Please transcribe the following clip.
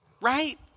right